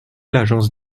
l’agence